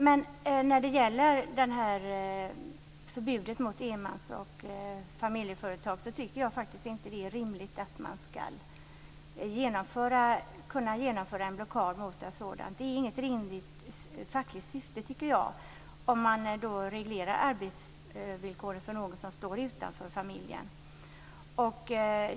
Men när det gäller förbudet mot enmans och familjeföretag tycker jag faktiskt inte att det är rimligt att man ska kunna genomföra en blockad mot ett sådant företag. Det har inget rimligt fackligt syfte, tycker jag, om man reglerar arbetsvillkoren för någon som står utanför familjen.